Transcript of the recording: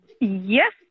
Yes